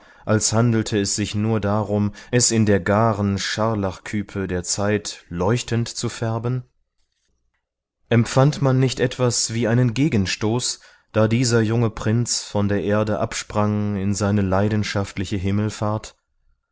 als handelte es sich nur darum es in der garen scharlachküpe der zeit leuchtend zu färben empfand man nicht etwas wie einen gegenstoß da dieser junge prinz von der erde absprang in seine leidenschaftliche himmelfahrt